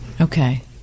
Okay